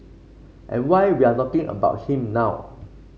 and why we are talking about him now